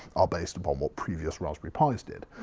are based upon what previous raspberry pis did.